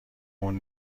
اون